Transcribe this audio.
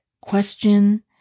question